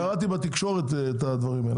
אני אז קראתי בתקשורת את הדברים האלה,